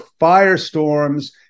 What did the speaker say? firestorms